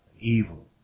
evil